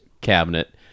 cabinet